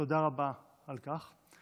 תודה רבה על כך.